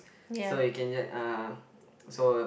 so it can just uh so